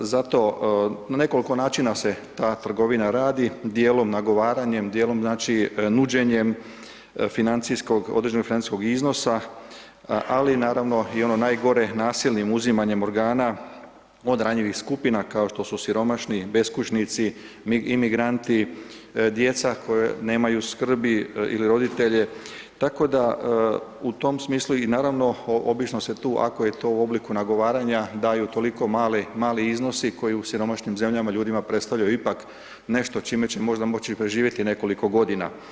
Zato, na nekoliko načina se ta trgovina radi, dijelom nagovaranje, dijelom, znači, nuđenjem financijskog, određenog financijskog iznosa, ali naravno, i ono najgore, nasilnim uzimanjem organa od ranjivih skupina kao što su siromašni, beskućnici, imigranti, djeca koja nemaju skrbi ili roditelje, tako da u tom smislu i naravno, obično se tu, ako je to u obliku nagovaranja, daju toliko mali iznosi koji u siromašnim zemljama ljudima predstavljaju ipak nešto čime će možda moći preživjeti nekoliko godina.